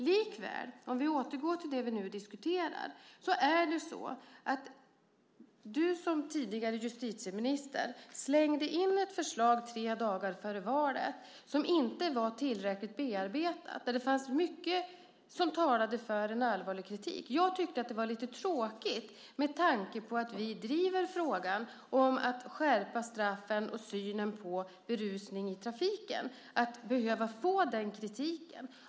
Likväl, om vi återgår till det vi diskuterar, slängde du som tidigare justitieminister in ett förslag tre dagar före valet som inte var tillräckligt bearbetat. Det fanns mycket som talade för en allvarlig kritik. Jag tyckte att det var lite tråkigt att få den kritiken med tanke på att vi driver frågan om att skärpa straffen och synen på berusning i trafiken.